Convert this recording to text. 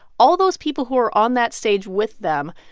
all those people who are on that stage with them,